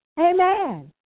Amen